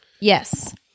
Yes